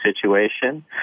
situation